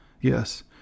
Yes